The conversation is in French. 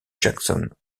jackson